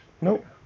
Nope